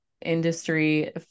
industry